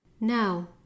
Now